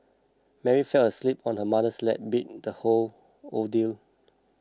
Mary fell asleep on her mother's lap beat the whole ordeal